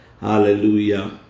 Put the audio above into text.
hallelujah